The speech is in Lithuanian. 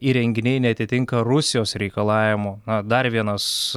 įrenginiai neatitinka rusijos reikalavimų na dar vienas